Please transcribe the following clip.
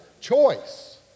choice